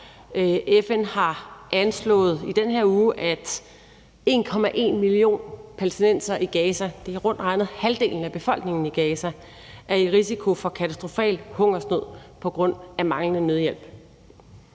FN har i den her uge anslået, at 1,1 million palæstinensere i Gaza – det er rundt regnet halvdelen af befolkningen i Gaza – er i risiko for katastrofal hungersnød på grund af manglende nødhjælp.